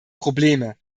probleme